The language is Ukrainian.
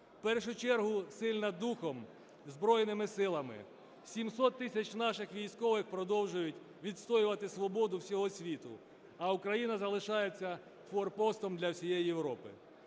В першу чергу сильна духом, Збройними Силами, 700 тисяч наших військових продовжують відстоювати свободу всього світу. А Україна залишається форпостом для всієї Європи.